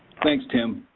thanks tim,